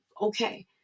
Okay